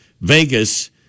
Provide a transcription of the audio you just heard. Vegas